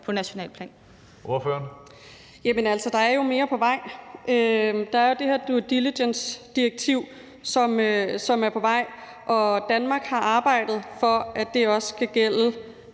(S): Jamen der er jo mere på vej. Der er jo det her due diligence-direktiv, som er på vej. Og Danmark har arbejdet for, at det også skal gælde